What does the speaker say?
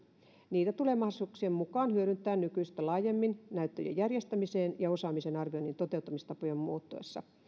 niitä tulee mahdollisuuksien mukaan hyödyntää nykyistä laajemmin näyttöjen järjestämisen ja osaamisen arvioinnin toteutustapojen muuttuessa